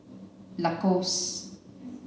Lacoste